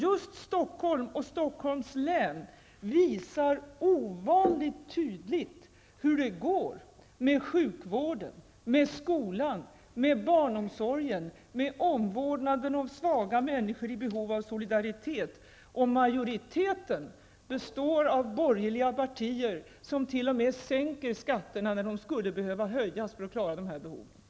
Just Stockholm och Stockholms län visar ovanligt tydligt hur det går med sjukvården, med skolan, med barnomsorgen och med omvårdnaden av svaga människor i behov av solidaritet, om majoriteten består av borgerliga partier som t.o.m. sänker skatterna när de skulle behöva höjas för att man skall klara dessa behov.